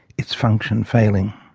its function failing.